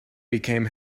became